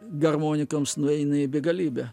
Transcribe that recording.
garmonikoms nueina į begalybę